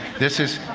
this is